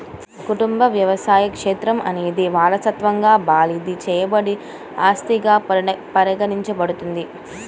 కుటుంబ వ్యవసాయ క్షేత్రం అనేది వారసత్వంగా బదిలీ చేయబడిన ఆస్తిగా పరిగణించబడుతుంది